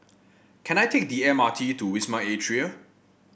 can I take the M R T to Wisma Atria